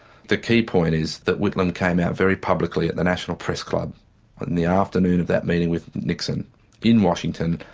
the key point is that whitlam came out very publicly at the national press club on the afternoon of that meeting with nixon in washington,